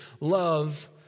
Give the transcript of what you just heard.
love